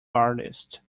artist